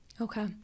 Okay